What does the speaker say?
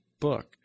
book